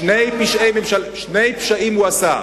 שני פשעים הוא עשה.